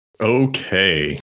Okay